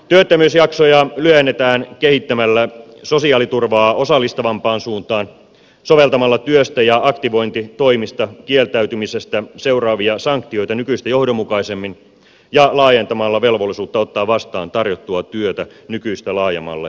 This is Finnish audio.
työttömyysjaksoja lyhennetään kehittämällä sosiaaliturvaa osallistavampaan suuntaan soveltamalla työstä ja aktivointitoimista kieltäytymisestä seuraavia sanktioita nykyistä johdonmukaisemmin ja laajentamalla velvollisuutta ottaa vastaan tarjottua työtä nykyistä laajemmalle alueelle